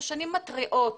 שנים מתריעים